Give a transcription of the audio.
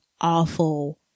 awful